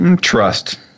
Trust